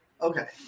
Okay